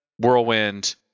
whirlwind